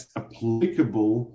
applicable